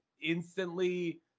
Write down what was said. instantly